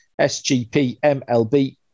SGPMLB